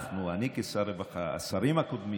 אנחנו, אני כשר רווחה, השרים הקודמים,